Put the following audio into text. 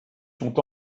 sont